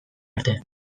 arte